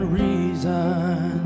reason